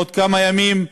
עוד כמה ימים,